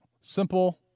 Simple